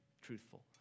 truthful